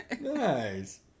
Nice